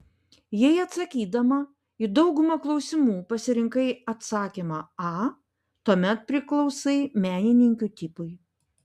jei atsakydama į daugumą klausimų pasirinkai atsakymą a tuomet priklausai menininkių tipui